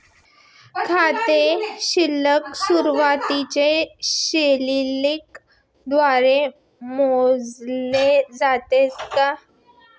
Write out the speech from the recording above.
खाते शिल्लक सुरुवातीच्या शिल्लक द्वारे मोजले जाते का?